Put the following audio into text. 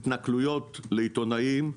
התנכלויות לעיתונאים.